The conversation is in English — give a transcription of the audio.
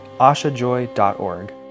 ashajoy.org